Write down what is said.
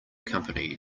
company